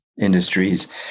industries